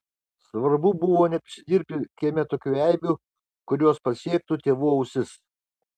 svarbu buvo neprisidirbti kieme tokių eibių kurios pasiektų tėvų ausis